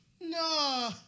No